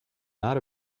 not